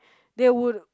they would